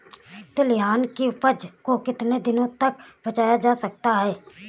तिलहन की उपज को कितनी दिनों तक बचाया जा सकता है?